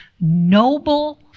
noble